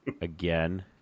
again